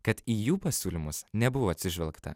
kad į jų pasiūlymus nebuvo atsižvelgta